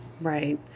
Right